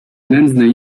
nędznej